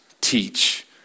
teach